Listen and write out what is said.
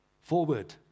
forward